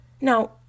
Now